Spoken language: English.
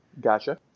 Gotcha